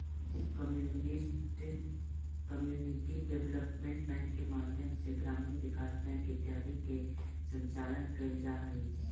community development bank के माध्यम से ग्रामीण विकास बैंक इत्यादि के संचालन कैल जा हइ